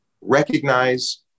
recognize